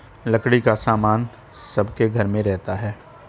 लकड़ी का सामान सबके घर में रहता है